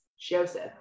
Joseph